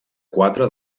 quatre